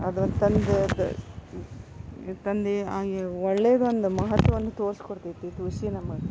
ಅದನ್ನು ತಂದ ತಂದು ಹಾಗೆ ಒಳ್ಳೆದೊಂದು ಮಹತ್ವವನ್ನು ತೋರ್ಸಿ ಕೊಡುತೈತಿ ತುಳಸಿ ನಮಗೆ